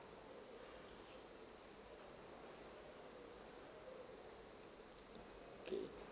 K